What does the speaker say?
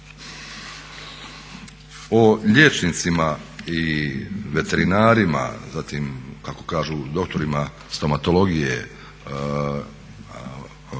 O liječnicima i veterinarima, zatim kako kažu doktorima stomatologije,